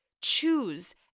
Choose